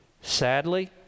Sadly